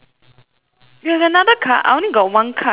you've another card I only got one card for creative